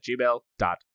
gmail.com